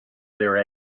their